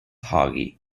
haughey